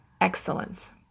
excellence